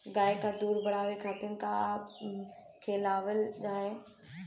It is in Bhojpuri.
गाय क दूध बढ़ावे खातिन का खेलावल जाय?